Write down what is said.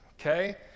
okay